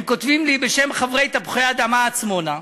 בשם חברי 'תפוחי-אדמה עצמונה'"